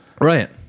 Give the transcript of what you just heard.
Right